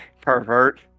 Pervert